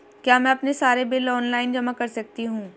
क्या मैं अपने सारे बिल ऑनलाइन जमा कर सकती हूँ?